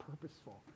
purposeful